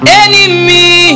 enemy